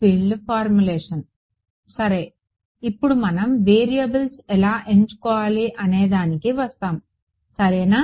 సరే ఇప్పుడు మనం వేరియబుల్స్ ఎలా ఎంచుకోవాలి అనేదానికి వస్తాము సరేనా